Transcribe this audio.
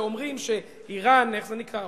שאומרים שאירן, איך זה נקרא?